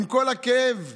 עם כל הכאב אמרתם: